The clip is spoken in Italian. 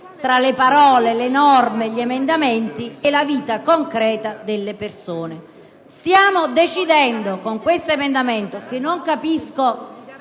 tra le parole, le norme, gli emendamenti e la vita concreta delle persone. Stiamo chiedendo con questo emendamento di sopprimere